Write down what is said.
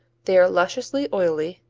they are lusciously oily,